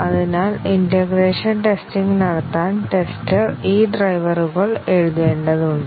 അതിനാൽ integration testing നടത്താൻ tester ഈ ഡ്രൈവറുകൾ എഴുതേണ്ടതുണ്ട്